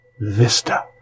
vista